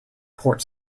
port